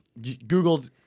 Googled